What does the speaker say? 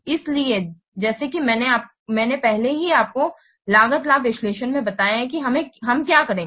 इसलिए जैसा कि मैंने पहले ही आपको लागत लाभ विश्लेषण में बताया है कि हम क्या करेंगे